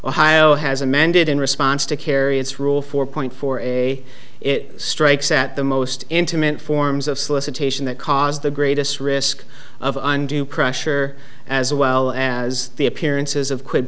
ohio has amended in response to carry its rule four point four a it strikes at the most intimate forms of solicitation that cause the greatest risk of undue pressure as well as the appearances of qui